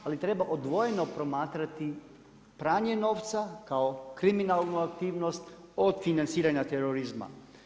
Ali treba odvojeno promatrati pranje novca kao kriminalnu aktivnost od financiranja terorizma.